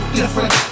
different